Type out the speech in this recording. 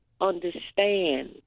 understand